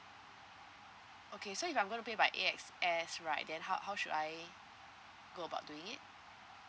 okay so if I'm going to pay by A_X_S right then how how should I go about doing it